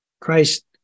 christ